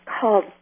called